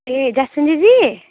ए Jasmine दिदी